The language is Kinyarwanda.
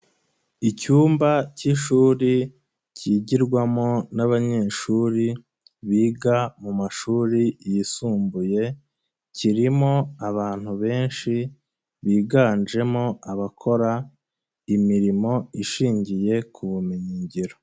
Icyumba cy'ishuri kigirwamo n'abanyeshuri biga mu mashuri yisumbuye, kirimo abantu benshi biganjemo abakora imirimo ishingiye ku bumenyingiro.